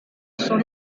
son